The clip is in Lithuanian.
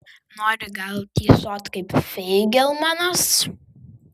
nori gal tysot kaip feigelmanas